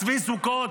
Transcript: אז צבי סוכות,